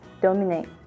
dominate